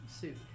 suit